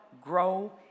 grow